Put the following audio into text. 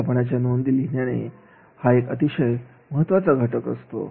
अध्यपदाच्या नोंदी लिहिने हा एक अतिशय महत्त्वाचा घटक असतो